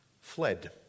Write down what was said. fled